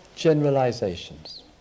generalizations